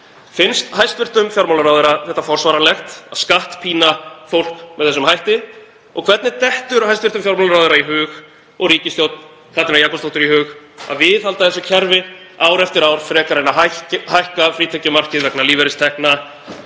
Finnst hæstv. fjármálaráðherra forsvaranlegt að skattpína fólk með þessum hætti? Og hvernig dettur hæstv. fjármálaráðherra í hug, og ríkisstjórn Katrínar Jakobsdóttur, að viðhalda þessu kerfi ár eftir ár frekar en að hækka frítekjumarkið vegna lífeyristekna